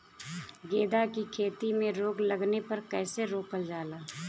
गेंदा की खेती में रोग लगने पर कैसे रोकल जाला?